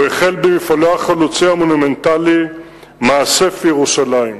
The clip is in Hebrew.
הוא החל במפעלו החלוצי המונומנטלי "מאסף ירושלים"